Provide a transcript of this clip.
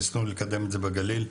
ניסינו לקדם את זה בגליל.